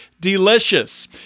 delicious